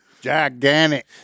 Gigantic